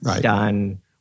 done